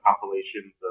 compilations